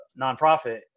nonprofit